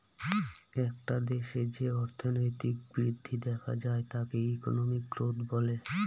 একটা দেশে যে অর্থনৈতিক বৃদ্ধি দেখা যায় তাকে ইকোনমিক গ্রোথ বলে